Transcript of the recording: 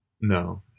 No